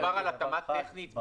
מדובר על התאמה טכנית בלבד.